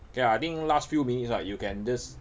okay lah I think last few minutes right you can just